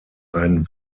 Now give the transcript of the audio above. ein